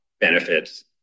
benefits